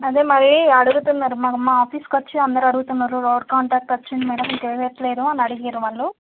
అదే మరి అడుగుతున్నారు మా మా ఆఫీస్కి వచ్చి అడుగుతున్నారు రోడ్ కాంట్రాక్ట్ వచ్చింది మేడం ఇంకా వేయడంలేదు అని అడిగారు వాళ్ళు